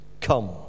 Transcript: come